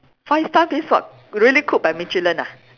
five star means what really cook by Michelin lah